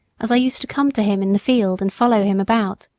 as i used to come to him in the field and follow him about.